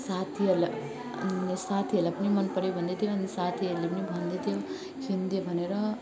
साथीहरूलाई अनि साथीहरूलाई पनि मन पर्यो भन्दै थियो अनि साथीहरूले पनि भन्दै थियो किनिदे भनेर